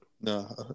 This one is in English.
No